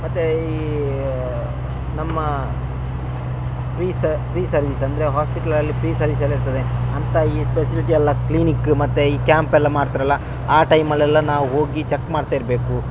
ಮತ್ತು ಈ ನಮ್ಮ ಫ್ರೀ ಸ ಫ್ರೀ ಸರ್ವಿಸ್ ಅಂದರೆ ಹೋಸ್ಪಿಟಲಲ್ಲಿ ಫ್ರೀ ಸರ್ವಿಸೆಲ್ಲ ಇರ್ತದೆ ಅಂತ ಈ ಫೆಸಿಲಿಟಿ ಎಲ್ಲ ಕ್ಲಿನಿಕ್ ಮತ್ತು ಈ ಕ್ಯಾಂಪ್ ಎಲ್ಲ ಮಾಡ್ತ್ರಲ್ಲ ಆ ಟೈಮಲೆಲ್ಲ ನಾವು ಹೋಗಿ ಚೆಕ್ ಮಾಡ್ತಾ ಇರಬೇಕು